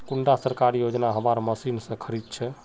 कुंडा सरकारी योजना हमार मशीन से खरीद छै?